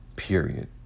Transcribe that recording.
period